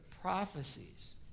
prophecies